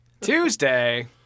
Tuesday